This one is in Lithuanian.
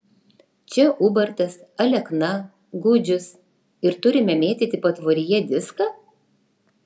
čia ubartas alekna gudžius ir turime mėtyti patvoryje diską